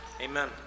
Amen